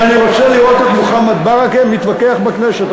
ואני רוצה לראות את מוחמד ברכה מתווכח בכנסת.